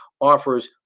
offers